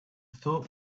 thought